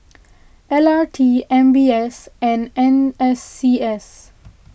L R T M B S and N S C S